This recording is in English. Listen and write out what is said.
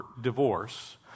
divorce